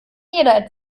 jeder